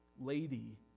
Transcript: lady